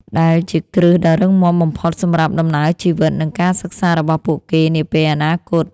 ដែលជាគ្រឹះដ៏រឹងមាំបំផុតសម្រាប់ដំណើរជីវិត និងការសិក្សារបស់ពួកគេនាពេលអនាគត។